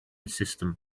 system